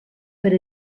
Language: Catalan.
per